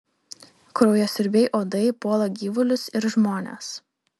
kraujasiurbiai uodai puola gyvulius ir žmones